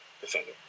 defender